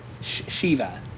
Shiva